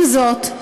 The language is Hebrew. עם זאת,